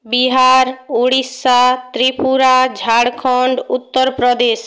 Bihar Orissa Tripura Jharkhand Uttar Pradesh